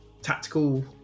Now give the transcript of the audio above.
tactical